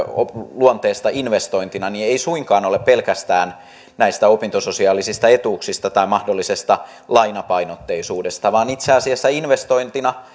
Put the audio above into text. luonteesta investointina ei suinkaan ole pelkästään näistä opintososiaalisista etuuksista tai mahdollisesta lainapainotteisuudesta vaan itse asiassa investointina